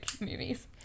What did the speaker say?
movies